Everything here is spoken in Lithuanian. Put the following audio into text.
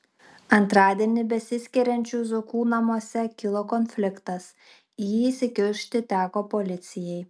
antradienį besiskiriančių zuokų namuose kilo konfliktas į jį įsikišti teko policijai